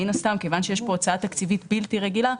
כיוון שיש כאן הוצאה תקציבית בלתי רגילה,